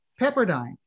Pepperdine